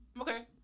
Okay